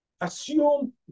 Assume